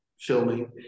filming